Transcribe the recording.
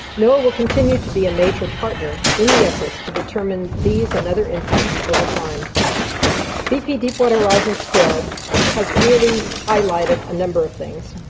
noaa will continue to be a major partner in the efforts to determine these and other impacts over time. the bp deepwater horizon spill has really highlighted a number of things,